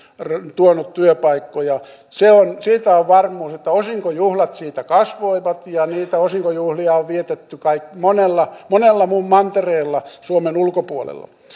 tuonut työpaikkoja siitä on varmuus että osinkojuhlat siitä kasvoivat ja niitä osinkojuhlia on vietetty kai monella monella mantereella suomen ulkopuolella